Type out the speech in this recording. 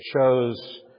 shows